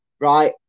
right